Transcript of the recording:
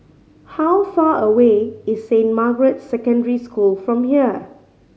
how far away is Saint Margaret's Secondary School from here